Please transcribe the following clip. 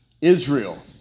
Israel